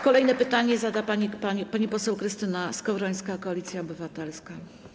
Kolejne pytanie zada pani poseł Krystyna Skowrońska, Koalicja Obywatelska.